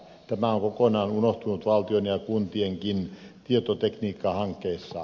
tämä on kokonaan unohtunut valtion ja kuntienkin tietotekniikkahankkeissa